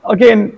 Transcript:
Again